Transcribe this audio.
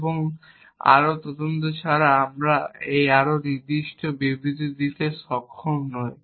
এবং আরও তদন্ত ছাড়া আমরা আরও নির্দিষ্ট বিবৃতি দিতে সক্ষম নই